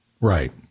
Right